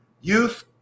youth